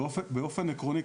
באופן עקרוני,